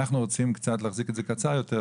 אנחנו רוצים קצת להחזיק את זה קצר יותר,